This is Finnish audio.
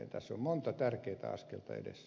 tässä on monta tärkeätä askelta edessä